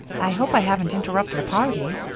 i hope i haven't interrupted a party.